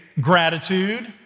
gratitude